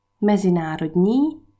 Mezinárodní